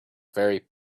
very